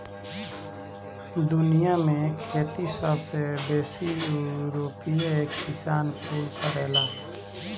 दुनिया में इ खेती सबसे बेसी यूरोपीय किसान कुल करेलन